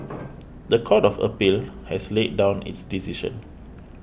the Court of Appeal has laid down its decision